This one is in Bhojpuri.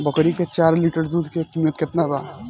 बकरी के चार लीटर दुध के किमत केतना बा?